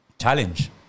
Challenge